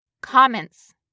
comments